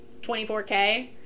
24K